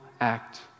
act